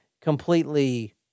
completely